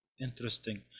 Interesting